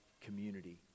community